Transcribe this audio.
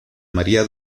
maría